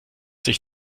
sich